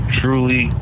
truly